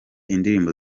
indirimbo